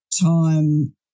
time